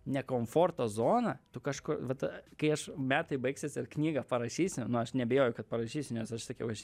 ne komforto zoną tu kažko vat kai aš metai baigsis ir knygą parašysiu nu aš neabejoju kad parašysiu nes aš sakiau aš